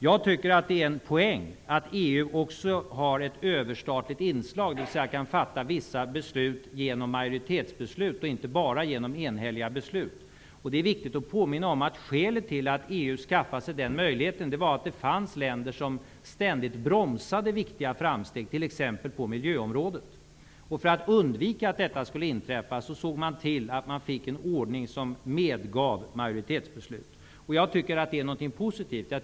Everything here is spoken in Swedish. Jag tycker att det är en poäng att EU också har ett överstatligt inslag, genom att unionen kan fatta vissa majoritetsbeslut och inte bara enhälliga beslut. Det är viktigt att påminna om att skälet till att EU skaffade sig denna möjlighet var att det fanns länder som ständigt bromsade viktiga framsteg, t.ex. på miljöområdet. För att undvika att detta skulle inträffa såg man till att man fick en ordning som medgav majoritetsbeslut. Jag tycker att det är någonting positivt.